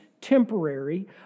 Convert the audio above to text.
temporary